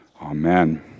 Amen